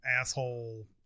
asshole